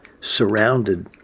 surrounded